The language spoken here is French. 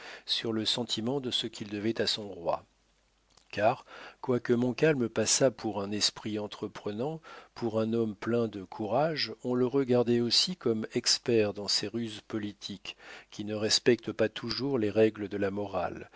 sur le sentiment de ce qu'il devait à son roi car quoique montcalm passât pour un esprit entreprenant pour un homme plein de courage on le regardait aussi comme expert dans ces ruses politiques qui ne respectent pas toujours les règles de la morale